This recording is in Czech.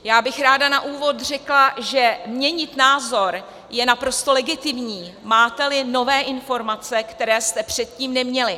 Já bych ráda na úvod řekla, že měnit názor je naprosto legitimní, máteli nové informace, které jste předtím neměli.